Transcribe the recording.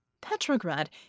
Petrograd